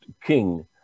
king